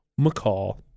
McCall